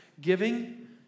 giving